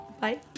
Bye